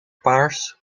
paars